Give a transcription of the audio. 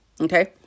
Okay